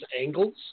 angles